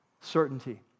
certainty